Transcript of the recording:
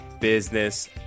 Business